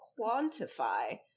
quantify